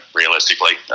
realistically